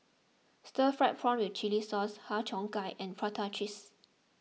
Stir Fried Prawn with Chili Sauce Har Cheong Gai and Prata Cheese